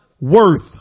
worth